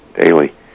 daily